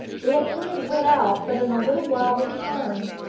the attendant went out, but in a little while returned,